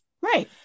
right